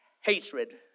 hatred